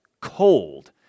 cold